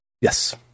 Yes